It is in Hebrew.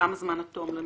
נעים מאוד.